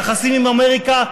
היחסים עם אמריקה,